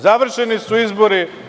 Završeni su izbor.